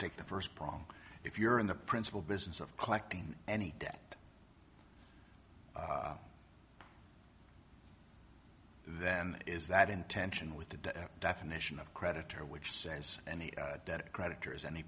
take the first ball if you're in the principal business of collecting any debt that is that intention with the definition of creditor which says any creditors any